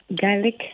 garlic